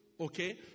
Okay